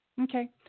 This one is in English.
okay